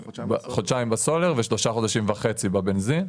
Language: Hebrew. ושלושה חודשים וחצי בבנזין,